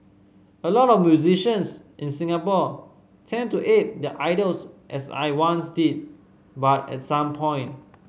a lot of musicians in Singapore tend to ape their idols as I once did but at some point